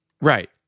Right